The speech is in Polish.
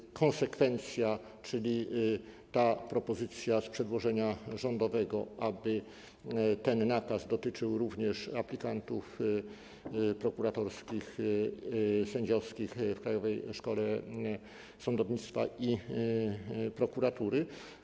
I konsekwencja, czyli propozycja z przedłożenia rządowego, aby ten nakaz dotyczył również aplikantów prokuratorskich i sędziowskich w Krajowej Szkole Sądownictwa i Prokuratury.